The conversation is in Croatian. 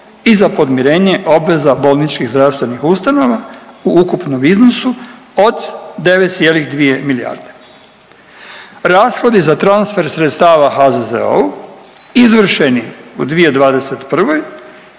i za podmirenje obveza bolničkih zdravstvenih ustanova u ukupnom iznosu od 9,2 milijarde. Rashodi za transfer sredstava HZZO-u izvršeni u 2021.